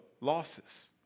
losses